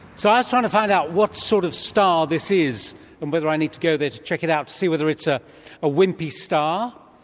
so i was trying to find out what sort of star this is and whether i need to go there to check it out to see whether it's a wimpy star,